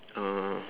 uh